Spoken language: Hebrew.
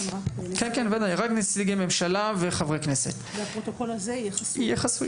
רק נציגי ממשלה וחברי הכנסת והפרוטוקול הזה יהיה חסוי,